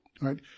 right